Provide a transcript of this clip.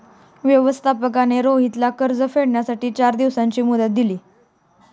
व्यवस्थापकाने रोहितला कर्ज फेडण्यासाठी चार दिवसांची मुदत दिली